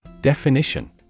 Definition